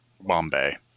Bombay